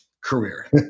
career